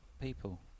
people